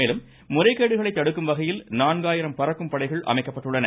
மேலும் முறைகேடுகளை தடுக்கும்வகையில் நான்காயிரம் பறக்கும் படைகள் அமைக்கப்பட்டுள்ளன